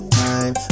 time